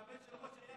כשהבן של ראש העיר,